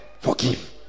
Forgive